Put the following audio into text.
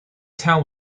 town